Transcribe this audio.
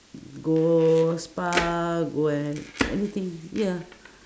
go spa go and anything ya